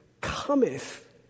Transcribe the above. cometh